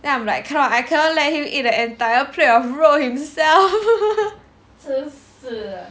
then I'm like cannot I cannot let him eat the entire plate of 肉 himself